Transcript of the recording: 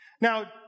Now